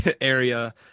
area